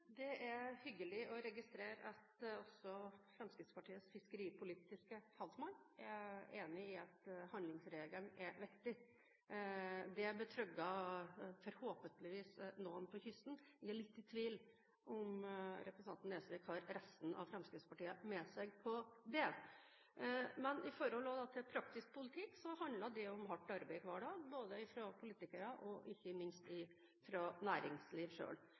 Det er hyggelig å registrere at også Fremskrittspartiets fiskeripolitiske talsmann er enig i at handlingsregelen er viktig. Det betrygger forhåpentligvis noen på kysten. Jeg er litt i tvil om hvorvidt representanten Nesvik har resten av Fremskrittspartiet med seg på det. Angående praktisk politikk, så handler det om hardt arbeid hver dag – både fra politikere og ikke minst fra næringslivet selv. Saken om ostetoll var grundig debattert i